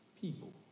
people